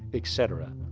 etc.